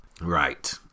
Right